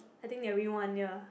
I think they already one year